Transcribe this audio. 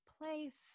place